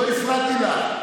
לא הפרעתי לך.